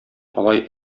алай